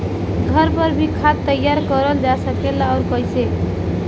घर पर भी खाद तैयार करल जा सकेला और कैसे?